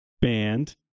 band